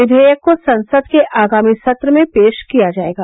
विधेयक को संसद के आगामी सत्र में पेश किया जाएगा